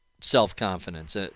self-confidence